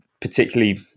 particularly